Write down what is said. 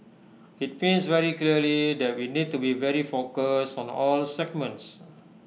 IT means very clearly that we need to be very focused on A all segments